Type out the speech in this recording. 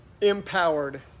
empowered